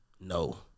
No